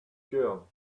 girl